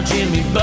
Jimmy